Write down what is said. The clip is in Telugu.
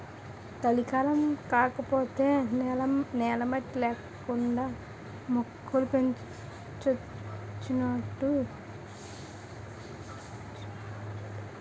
కలికాలం కాకపోతే నేల మట్టి నేకండా మొక్కలు పెంచొచ్చునాట